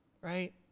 Right